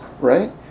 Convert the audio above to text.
right